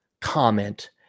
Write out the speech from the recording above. comment